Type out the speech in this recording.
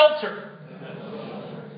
shelter